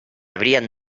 abrían